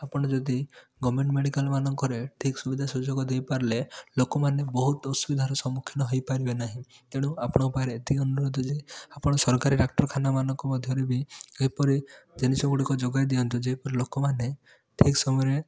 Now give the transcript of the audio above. ଆପଣ ଯଦି ଗଭର୍ଣ୍ଣମେଣ୍ଟ ମେଡ଼ିକାଲମାନଙ୍କରେ ଠିକ ସୁବିଧା ସୁଯୋଗ ଦେଇପାରିଲେ ଲୋକମାନେ ବହୁତ ଅସୁବିଧାର ସମ୍ମୁଖୀନ ହେଇପାରିବେ ନାହିଁ ତେଣୁ ଆପଣଙ୍କ ପାଖରେ ଏତିକି ଅନୁରୋଧ ଯେ ଆପଣ ସରକାରୀ ଡାକ୍ତରଖାନାମାନଙ୍କ ମଧ୍ୟରେ ବି ଏପରି ଜିନିଷଗୁଡ଼ିକ ଯୋଗାଇ ଦିଅନ୍ତୁ ଯେପରି ଲୋକମାନେ ଠିକ ସମୟରେ